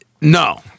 no